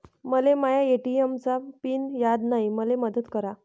मले माया ए.टी.एम चा पिन याद नायी, मले मदत करा